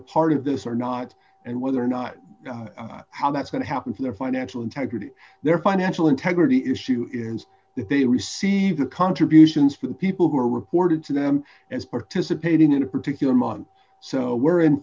a part of this or not and whether or not how that's going to happen to their financial integrity their financial integrity issue is that they receive the contributions from people who are reported to them as participating in a particular month so we're in